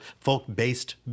folk-based